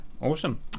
Awesome